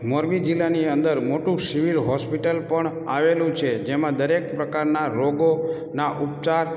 મોરબી જિલ્લાની અંદર મોટું સિવિલ હૉસ્પિટલ પણ આવેલું છે જેમાં દરેક પ્રકારના રોગોના ઉપચાર